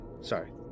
Sorry